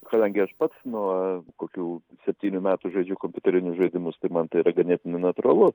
kadangi aš pats nuo kokių septynių metų žaidžiu kompiuterinius žaidimus tai man tai yra ganėtinai natūralu